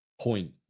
point